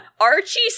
Archie